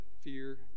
fear